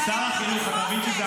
שר החינוך, אתה מבין שזה